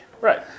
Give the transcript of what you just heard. Right